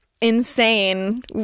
insane